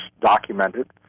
documented